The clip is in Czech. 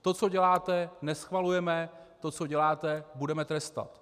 To, co děláte, neschvalujeme, to, co děláte, budeme trestat.